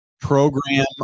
program